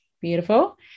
Beautiful